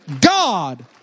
God